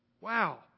Wow